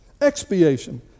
Expiation